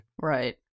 right